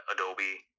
Adobe